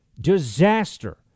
disaster